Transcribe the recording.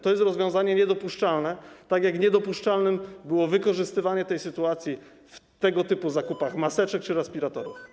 To jest rozwiązanie niedopuszczalne, tak jak niedopuszczalne było wykorzystywanie tej sytuacji przy tego typu zakupach maseczek czy respiratorów.